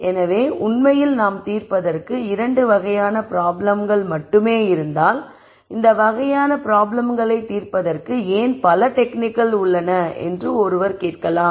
எனவே உண்மையில் நாம் தீர்ப்பதற்கு இரண்டு வகையான ப்ராப்ளம்கள் மட்டுமே இருந்தால் இந்த வகையான ப்ராப்ளம்களை தீர்ப்பதற்கு ஏன் பல டெக்னிக்கள் உள்ளன என்று ஒருவர் கேட்கலாம்